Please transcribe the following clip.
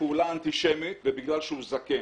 פעולה אנטישמית ובגלל שהוא זקן.